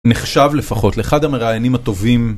נחשב לפחות לאחד המראיינים הטובים.